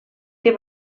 que